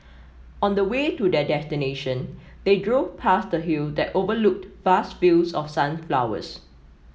on the way to their destination they drove past a hill that overlooked vast fields of sunflowers